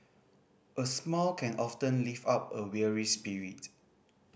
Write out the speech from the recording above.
a smile can often lift up a weary spirit